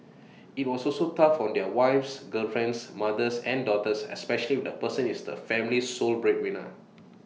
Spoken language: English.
IT was also tough on their wives girlfriends mothers and daughters especially if the person is the family's sole breadwinner